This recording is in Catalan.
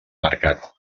mercat